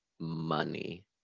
Money